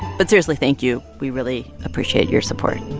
but seriously, thank you. we really appreciate your support